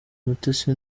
mutesi